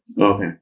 Okay